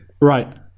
Right